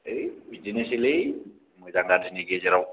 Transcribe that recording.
ऐ बिदिनोसैलै मोजां गाज्रिनि गेजेराव